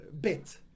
bit